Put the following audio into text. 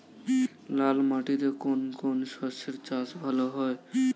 লাল মাটিতে কোন কোন শস্যের চাষ ভালো হয়?